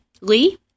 Lee